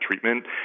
treatment